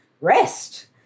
rest